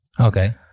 okay